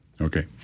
Okay